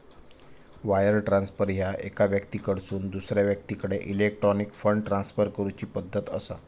wire transfer ह्या एका व्यक्तीकडसून दुसरा व्यक्तीकडे इलेक्ट्रॉनिक फंड ट्रान्सफर करूची पद्धत असा